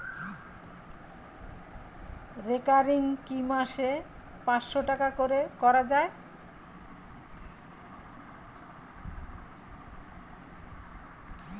Recurring কি মাসে পাঁচশ টাকা করে করা যায়?